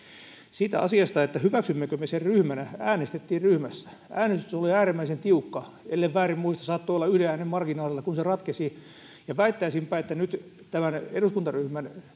siitä asiasta hyväksymmekö me sen ryhmänä äänestettiin ryhmässä äänestys oli äärimmäisen tiukka ellen väärin muista saattoi olla yhden äänen marginaali kun se ratkesi ja väittäisinpä että nyt eduskuntaryhmän